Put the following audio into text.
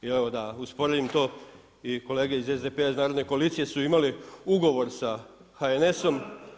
I evo da usporedim to i kolege iz SDP-a i iz Narodne koalicije su imali ugovor sa HNS-om.